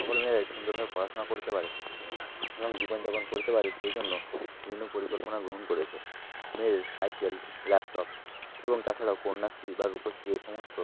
সকলে মিলে সুন্দরভাবে পড়াশুনা করতে পারে এবং জীবন যাপন করতে পারে সেই জন্য বিভিন্ন পরিকল্পনা গ্রহণ করেছে মেয়েদের সাইকেল ল্যাপটপ এবং তাছাড়াও কন্যাশ্রী বা রূপশ্রী এ সমস্ত